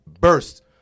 burst